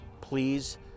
Please